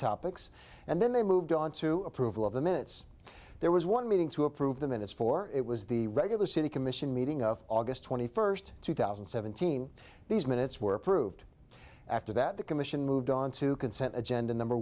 topics and then they moved on to approval of the minutes there was one meeting to approve the minutes for it was the regular city commission meeting of august twenty first two thousand and seventeen these minutes were approved after that the commission moved onto consent agenda number